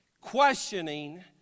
questioning